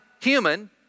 human